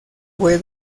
fue